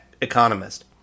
economist